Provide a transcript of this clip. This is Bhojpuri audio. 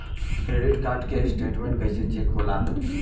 क्रेडिट कार्ड के स्टेटमेंट कइसे चेक होला?